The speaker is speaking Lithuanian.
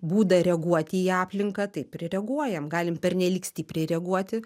būdą reaguoti į aplinką taip ir reaguojam galim pernelyg stipriai reaguoti